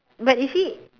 but you see